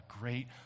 great